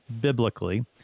biblically